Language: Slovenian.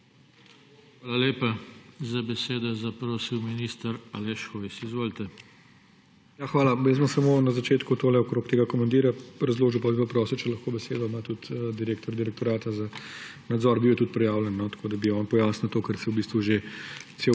Hvala lepa. Za besedo je zaprosil minister Aleš Hojs. Izvolite. ALEŠ HOJS: Ja, hvala. Jaz bom samo na začetku tole okrog tega komandirja razložil, potem bi pa prosil, če lahko besedo ima tudi direktor direktorata za nadzor, bil je tudi prijavljen. Tako da bi on pojasnil to, kar se v bistvu že